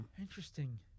Interesting